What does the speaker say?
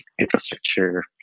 infrastructure